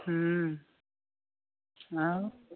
ଆଉ